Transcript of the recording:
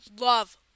love